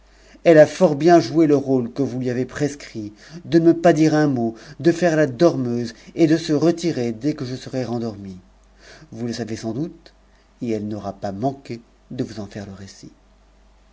elle a fort bien joué le rôte vous lui avez prescrit de ne me pas dire un mot de faire la dormeuse et de se retirer dès que je serais rendormi vous le savez sans doute et e h n'aura pas manqué de vous en faire le récit